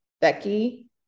Becky